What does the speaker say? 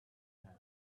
hug